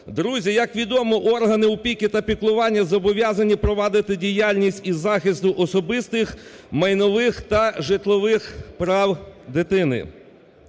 Друзі, як відомо, органи опіки та піклування зобов'язані проводити діяльність із захисту особистих, майнових та житлових прав дитини.